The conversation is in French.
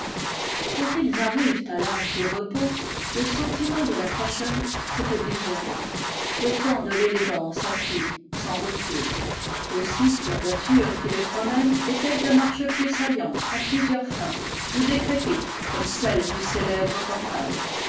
quand ils arrivent à l'âge du repos le sentiment de la fashion s'est oblitéré le temps de l'élégance a fui sans retour aussi la voiture qui les promène est-elle à marchepieds saillants à plusieurs fins ou décrépite comme celle du célèbre portai